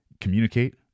communicate